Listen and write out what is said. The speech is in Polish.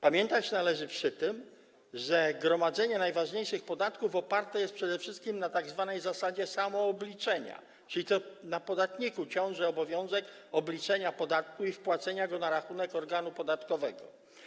Pamiętać należy przy tym, że gromadzenie najważniejszych podatków oparte jest przede wszystkim na tzw. zasadzie samoobliczenia, czyli to na podatniku ciąży obowiązek obliczenia podatku i wpłacenia go na rachunek organu podatkowego.